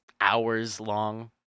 hours-long